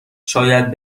شاید